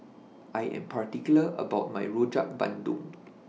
I Am particular about My Rojak Bandung